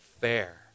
fair